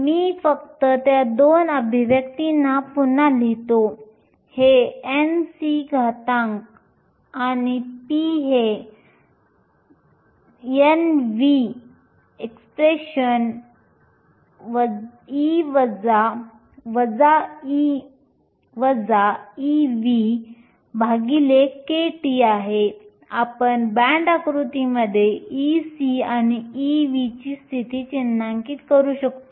मी फक्त त्या दोन अभिव्यक्तींना पुन्हा लिहितो हे Nc घातांक आणि p हे Nv exp⁡kT आहे आपण बँड आकृतीमध्ये Ec आणि Ev ची स्थिती चिन्हांकित करू शकतो